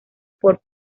por